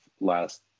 last